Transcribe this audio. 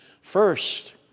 First